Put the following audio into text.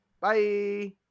Bye